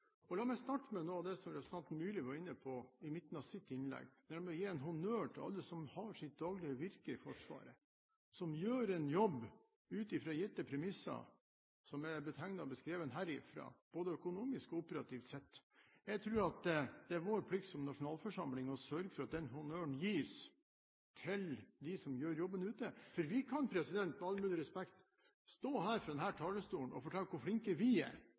tegn. La meg starte med noe av det som representanten Myrli var inne på i midten av sitt innlegg, nemlig å gi en honnør til alle som har sitt daglige virke i Forsvaret, som gjør en jobb ut fra gitte premisser som er betegnet og beskrevet herifra, både økonomisk og operativt sett. Jeg tror at det er vår plikt som nasjonalforsamling å sørge for at den honnøren gis til dem som gjør jobben ute. For vi kan, med all mulig respekt, stå her og fra denne talerstolen fortelle hvor flinke vi er,